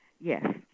Yes